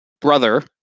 brother